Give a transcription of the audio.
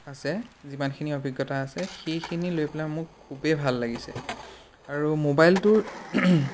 আছে যিমানখিনি অভিজ্ঞতা আছে সেইখিনি লৈ পেলাই মোক খুবেই ভাল লাগিছে আৰু মোবাইলটোৰ